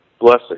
blessing